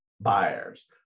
buyers